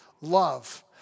love